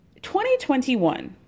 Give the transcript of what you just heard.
2021